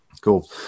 Cool